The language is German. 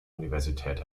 universität